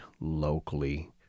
locally